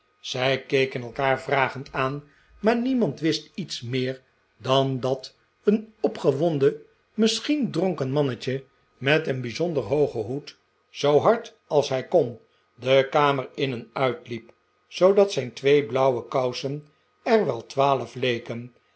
zij keken elkaar vragend aan maar niemand wist iets meer dan dat een opgewonden misschien dronken mannetje met een bijzonder hoogen hoed zoo hard als hij kon de kamer in en uitliep zoodat zijn twee blauwe kousen er wel twaalf leken